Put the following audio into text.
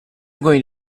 going